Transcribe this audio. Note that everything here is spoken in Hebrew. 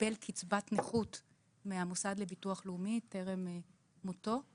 שקיבל קצבת נכות מהמוסד לביטוח לאומי טרם מותו,